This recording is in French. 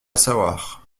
savoir